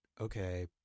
okay